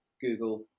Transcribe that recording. Google